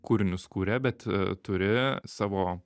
kūrinius kuria bet turi savo